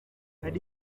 hari